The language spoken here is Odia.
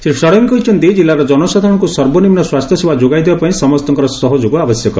ଶ୍ରୀ ଷଡ୍ଙଙ୍ଗୀ କହିଛନ୍ତି ଜିଲ୍ଲାର ଜନସାଧାରଣଙ୍କୁ ସର୍ବନିମ୍ନ ସ୍ୱାସ୍ଥ୍ୟସେବା ଯୋଗାଇ ଦେବାପାଇଁ ସମ୍ତଙ୍କର ସହଯୋଗ ଆବଶ୍ୟକ